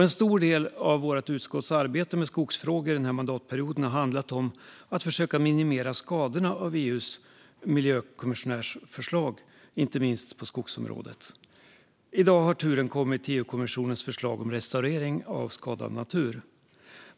En stor del av vårt utskotts arbete med skogsfrågor har denna mandatperiod handlat om att försöka minimera skadorna av EU:s miljökommissionärs förslag, inte minst på skogsområdet. I dag har turen kommit till EU-kommissionens förslag om restaurering av skadad natur.